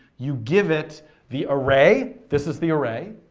you give it the array, this is the array,